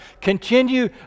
Continue